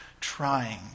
trying